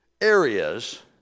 areas